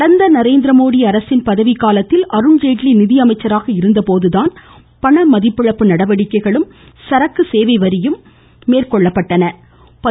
கடந்த நரேந்திரமோடி அரசின் பதவி காலத்தில் அருண்ஜேட்லி நிதியமைச்சராக இருந்த போதுதான் பண மதிப்பிழப்பு நடவடிக்கைகளும் சரக்கு சேவை வாியும் மேற்கொள்ளப்பட்டது